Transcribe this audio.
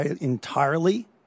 entirely